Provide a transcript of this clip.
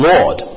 Lord